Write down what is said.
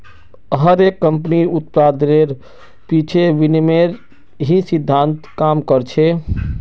हर एक कम्पनीर उत्पादेर पीछे विनिमयेर ही सिद्धान्त काम कर छे